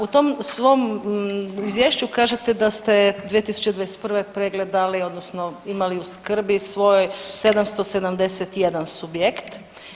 U tom svom izvješću kažete da ste 2021. pregledali odnosno imali u skrbi svojoj 771 subjekt.